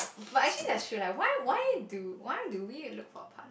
but actually that's true leh why why do why do we look for our partner